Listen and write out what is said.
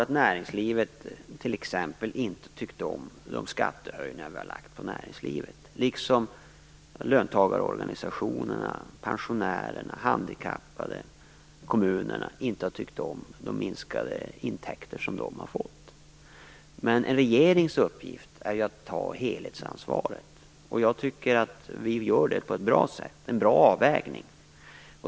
Inom näringslivet tyckte man förstås inte om t.ex. de skattehöjningar som lagts på näringslivet, på samma sätt som löntagarorganisationerna, pensionärerna, de handikappade och kommunerna inte har tyckt om de minskade intäkter de har fått. Men en regerings uppgift är att ta helhetsvansvaret, och jag tycker att den här regeringen gör det på ett bra sätt. Det är en bra avvägning.